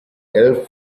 elf